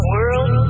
World